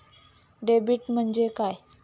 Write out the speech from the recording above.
Debit म्हणजे काय?